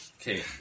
Okay